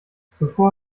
zuvor